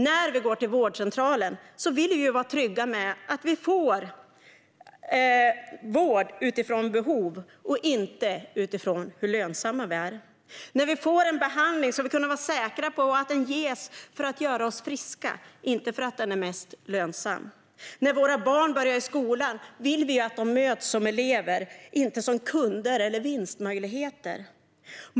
När vi går till vårdcentralen vill vi vara trygga med att vi får vård utifrån våra behov, inte utifrån hur lönsamma vi är. När vi får en behandling ska vi kunna vara säkra på att den ges för att göra oss friska, inte för att den är den mest lönsamma. När våra barn börjar i skolan vill vi att de möts som elever, inte som kunder eller vinstmöjligheter.